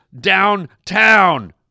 downtown